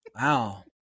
Wow